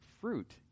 fruit